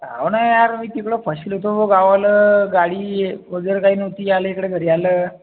हो ना यार मी तिकडे फसलो होतो गावाला गाडी वगैरे काही नव्हती यायला इकडे घरी यायला